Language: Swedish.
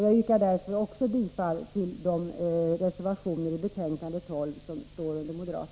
Jag yrkar därför bifall till de moderata reservationerna i betänkande 12.